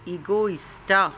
Egoista